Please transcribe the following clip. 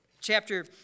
chapter